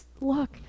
look